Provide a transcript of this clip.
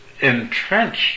entrenched